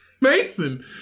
Mason